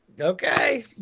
okay